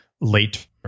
Late